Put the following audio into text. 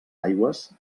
aigües